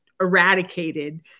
eradicated